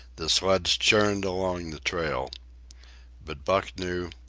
the sleds churned along the trail but buck knew,